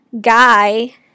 guy